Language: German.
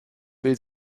will